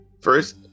First